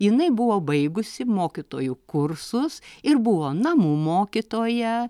jinai buvo baigusi mokytojų kursus ir buvo namų mokytoja